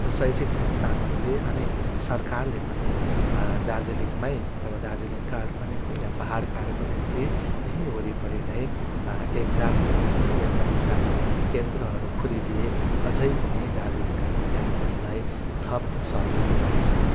शैक्षिक संस्थानहरूले अनि सरकारले पनि दार्जिलिङमै अथवा दार्जिलिङकाहरूको निम्ति या पाहाडकाहरूको निम्ति यहीँ वरिपरि नै एक्जामको निम्ति या परीक्षाको निम्ति केन्द्रहरू खोलिदिए अझै पनि दार्जिलिङका विद्यार्थीहरूलाई थप सहयोग मिल्नेछ